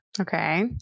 Okay